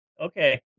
Okay